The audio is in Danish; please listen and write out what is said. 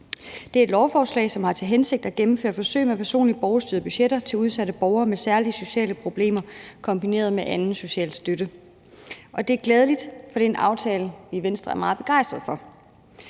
Det er et lovforslag, som har til hensigt at gennemføre forsøg med personlige borgerstyrede budgetter til udsatte borgere med særlige sociale problemer kombineret med anden social støtte. Det er glædeligt, for det er en aftale, som vi i Venstre er meget begejstret for.